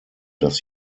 dass